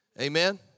Amen